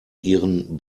ihren